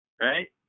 right